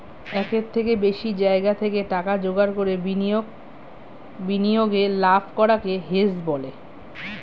একের থেকে বেশি জায়গা থেকে টাকা জোগাড় করে বিনিয়োগে লাভ করাকে হেজ বলে